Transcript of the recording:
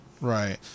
right